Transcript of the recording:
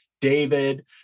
David